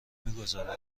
میگذاره